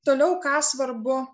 toliau ką svarbu